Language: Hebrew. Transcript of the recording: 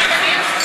לא השתכנעתם?